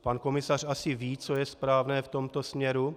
Pan komisař asi ví, co je správné v tomto směru.